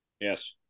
Yes